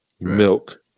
milk